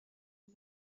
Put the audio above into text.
این